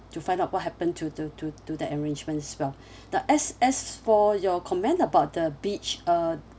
to find out what happened to to to to that arrangements as well now as as for your comment about the beach uh